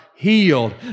healed